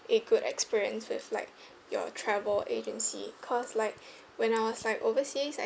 a good experience with like your travel agency cause like when I was like overseas